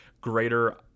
greater